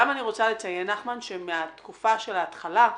אני גם רוצה לציין, נחמן, שמהתקופה של ההתחלה,